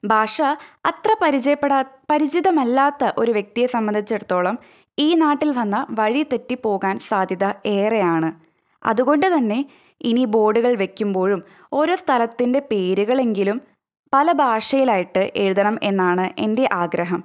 ഭാഷ അത്ര പരിചയപ്പെടാത്ത പരിചിതമല്ലാത്ത ഒരു വ്യക്തിയെ സംബന്ധിച്ചെടത്തോളം ഈ നാട്ടിൽ വന്നാൽ വഴി തെറ്റിപ്പോകാൻ സാധ്യത ഏറെയാണ് അതുകൊണ്ട് തന്നെ ഇനി ബോർഡുകൾ വെക്കുമ്പോഴും ഓരോ സ്ഥലത്തിൻ്റെ പേരുകളെങ്കിലും പല ഭാഷയിലായിട്ട് എഴുതണം എന്നാണ് എൻ്റെ ആഗ്രഹം